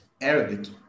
Arabic